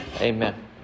Amen